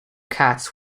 cuts